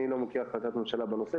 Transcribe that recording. אני לא מכיר החלטת ממשלה בנושא.